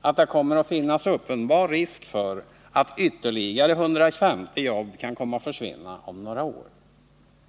att det kommer att finnas uppenbar risk för att ytterligare 150 jobb kan komma att försvinna om några år.